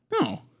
No